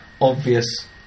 obvious